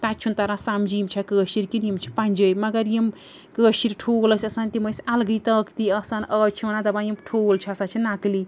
تَتہِ چھُنہٕ تَران سَمجھی یِم چھا کٲشِرۍ کِنہٕ یِم چھِ پَنٛجٲبۍ مگر یِم کٲشِرۍ ٹھوٗل ٲسۍ آسان تِم ٲسۍ اَلگٕے طاقتی آسان آز چھِ وَنان دَپان یِم ٹھوٗل چھِ ہسا چھِ نَقلی